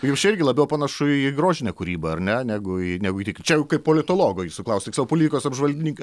jūs irgi labiau panašu į grožinę kūrybą ar ne negu į negu į tik čia jau kaip politologo jūsų klausiu tiksliau politikos apžvalgininko